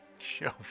Show